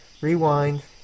Rewind